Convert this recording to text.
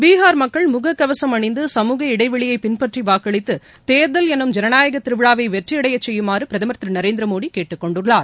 பீகார் மக்கள் முகக்கவசம் அணிந்து சமூக இடைவெளியை பின்பற்றி வாக்களித்து தேர்தல் எனும் ஜனநாயக திருவிழாவை வெற்றியடையச் செய்யுமாறு பிரதமர் திரு நரேந்திர மோடி கேட்டுக்கொண்டுள்ளார்